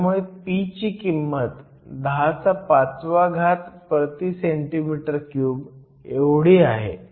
त्यामुळे p ची किंमत 105 cm 3 आहे